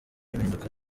mpinduka